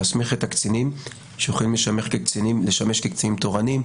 להסמיך את הקצינים שיכולים לשמש כקצינים תורניים,